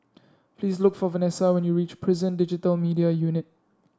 please look for Vanessa when you reach Prison Digital Media Unit